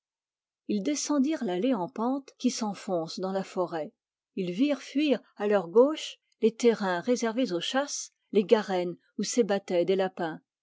ils descendirent l'allée qui s'enfonce dans la forêt ils virent fuir à leur gauche les terrains réservés aux chasses les garennes où s'ébattaient des lapins